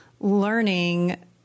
learning